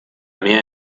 mehr